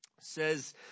says